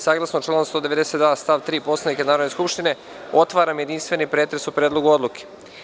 Saglasno članu 192. stav 3. Poslovnika Narodne skupštine, otvaram jedinstveni pretres o Predlogu odluke.